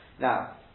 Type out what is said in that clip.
Now